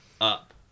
up